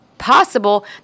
possible